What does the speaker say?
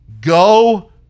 go